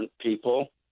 people